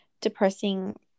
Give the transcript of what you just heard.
depressing